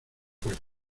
puerta